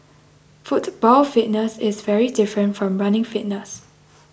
football fitness is very different from running fitness